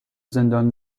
زندان